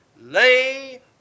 lay